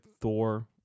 Thor